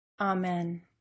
Amen